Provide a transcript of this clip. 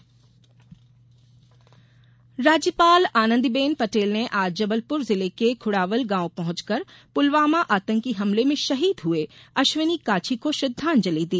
राज्यपाल जबलप्र राज्यपाल आनंदीबेन पटेल ने आज जबलपुर जिले के खुडावल गांव पहुंचकर पुलवामा आतंकी हमले में शहीद हुए अश्विनी काछी को श्रद्वांजलि दी